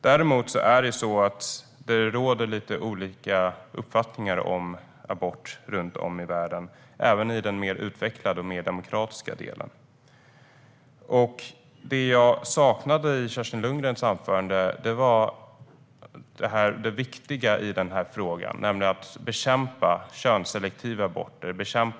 Däremot råder det lite olika uppfattningar om abort runt om i världen, även i den mer utvecklade och demokratiska delen. Det jag saknade i Kerstin Lundgrens anförande var det viktiga i den här frågan, nämligen att bekämpa könsselektiva aborter.